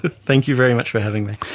thank you very much for having me.